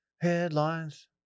Headlines